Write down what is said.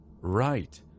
Right